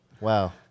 Wow